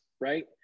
right